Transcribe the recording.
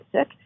sick